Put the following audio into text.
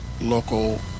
local